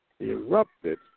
erupted